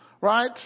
right